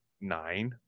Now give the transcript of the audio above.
nine